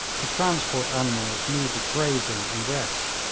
the transport animals needed grazing and rest,